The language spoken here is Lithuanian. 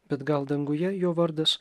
bet gal danguje jo vardas